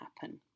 happen